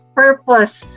purpose